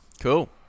cool